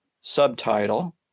subtitle